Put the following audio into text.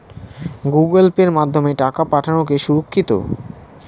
Google pay মাধ্যমে টাকা পাঠানোকে সুরক্ষিত?